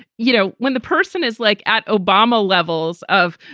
you know, when the person is like at obama levels of.